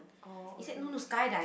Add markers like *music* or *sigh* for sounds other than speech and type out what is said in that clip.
oh okay *noise*